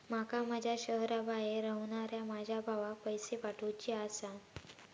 माका माझ्या शहराबाहेर रव्हनाऱ्या माझ्या भावाक पैसे पाठवुचे आसा